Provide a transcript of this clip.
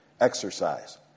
exercise